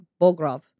Bogrov